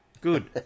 Good